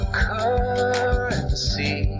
currency